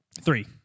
Three